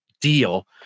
deal